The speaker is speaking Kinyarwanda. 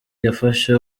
yafashe